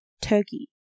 turkey